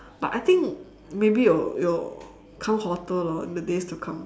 but I think maybe it will it will become hotter lor in the days to come